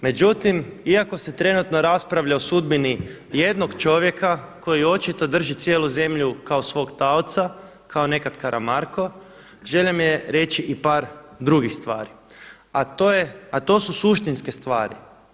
Međutim, iako se trenutno raspravlja o sudbini jednog čovjeka koji očito drži cijelu zemlju kao svog taoca, kao nekada Karamarko, želja mi je reći i par drugih stvari a to su suštinske stvari.